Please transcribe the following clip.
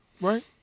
Right